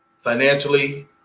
financially